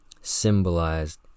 symbolized